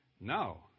No